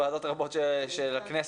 וועדות רבות של הכנסת,